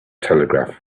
telegraph